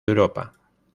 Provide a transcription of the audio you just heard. europa